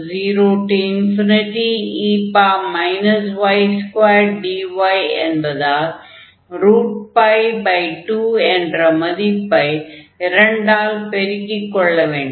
1220e y2dy என்பதால் 2 என்ற மதிப்பை 2 ஆல் பெருக்கிக் கொள்ள வேண்டும்